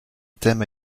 thème